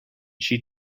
she